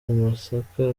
amasaka